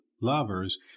lovers